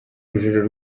rujijo